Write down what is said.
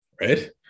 Right